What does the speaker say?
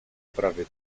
prawie